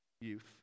youth